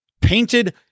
painted